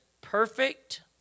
perfect